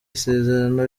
isezerano